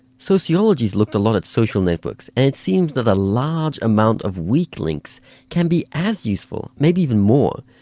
sociology has looked a lot at social networks, and it seems that a large amount of weak links can be as useful, maybe even more,